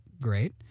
great